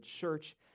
church